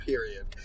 Period